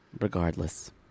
Regardless